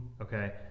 Okay